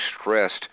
stressed